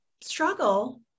struggle